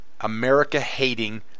America-hating